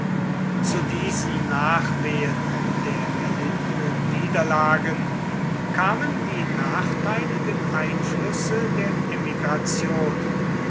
zu diesen nachwehen der erlittenen niederlagen kamen die nachteiligen einflüsse der emigration